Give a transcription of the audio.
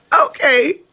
Okay